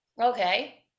okay